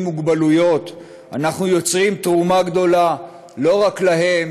מוגבלויות אנחנו יוצרים תרומה גדולה לא רק להם,